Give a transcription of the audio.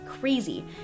crazy